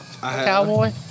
cowboy